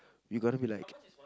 we gonna be like